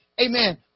Amen